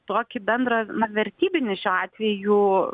tokį bendrą na vertybinį šiuo atveju